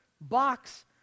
box